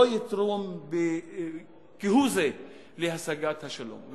ולא יתרום כהוא-זה להשגת השלום.